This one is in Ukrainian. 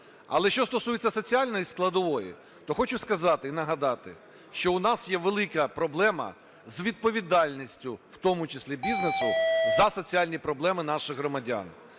Але що стосується соціальної складової, то хочу сказати і нагадати, що у нас є велика проблема з відповідальністю, в тому числі бізнесу, за соціальні проблеми наших громадян.